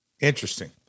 Interesting